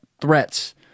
threats